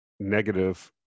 negative